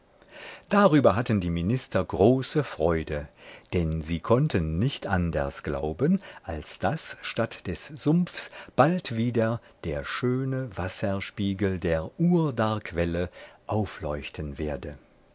darüber hatten die minister große freude denn sie konnten nicht anders glauben als daß statt des sumpfs bald wieder der schöne wasserspiegel der urdarquelle aufleuchten werde